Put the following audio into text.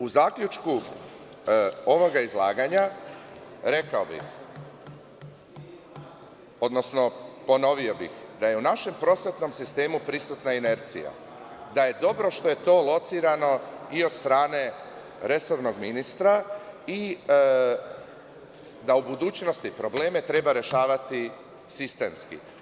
U zaključku ovog izlaganja rekao bih, odnosno ponovio, da je u našem prosvetnom sistemu prisutna inercija, da je dobro što je to locirano i od strane resornog ministra i da u budućnosti probleme treba rešavati sistemski.